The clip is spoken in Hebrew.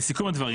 לסיכום הדברים.